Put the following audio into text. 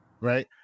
right